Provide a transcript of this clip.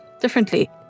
differently